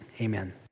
amen